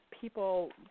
people